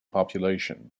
population